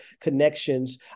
connections